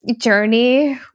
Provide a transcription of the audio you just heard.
journey